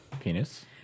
penis